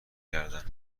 گردن